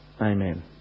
Amen